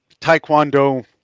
taekwondo